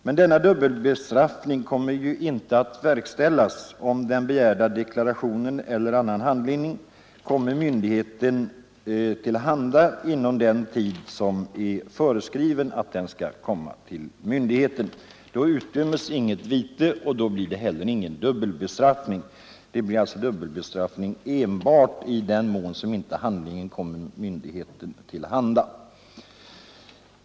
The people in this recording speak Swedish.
Men det blir ingen sådan dubbelbestraffning om den begärda deklarationen eller annan liknande handling kommer myndigheten till handa inom föreskriven tid. Då utdöms inget vite, och då blir det sålunda inte heller någon dubbelbestraffning. Det blir det endast om inte handlingen kommer myndigheten tillhanda i tid.